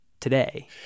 today